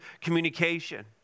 communication